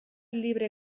libre